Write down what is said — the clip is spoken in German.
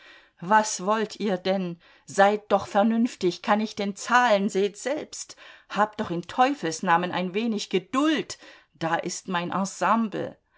was wollt ihr denn seid doch vernünftig kann ich denn zahlen seht selbst habt doch in teufelsnamen ein wenig geduld da ist mein